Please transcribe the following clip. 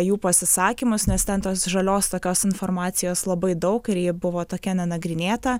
jų pasisakymus nes ten tos žalios tokios informacijos labai daug ir ji buvo tokia nenagrinėta